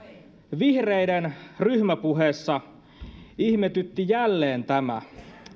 vihreiden ryhmäpuheessa ihmetytti jälleen tämä